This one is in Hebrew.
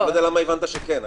לא יודע למה הבנת שכן.